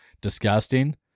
Disgusting